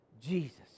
Jesus